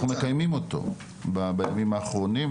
אנחנו מקיימים אותו בימים האחרונים,